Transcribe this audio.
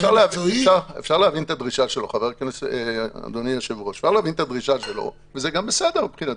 אפשר להבין את הדרישה שלו ומבחינתי זה בסדר,